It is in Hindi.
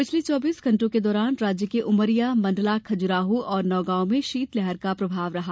पिछले चौबीस घण्टों के दौरान राज्य के उमरिया मंडला खजुराहो और नौगांव में शीतलहर का प्रभाव रहा